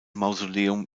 mausoleum